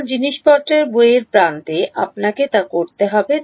কেবল জিনিসপত্রের বইয়ের প্রান্তে আপনাকে তা করতে হবে